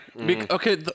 Okay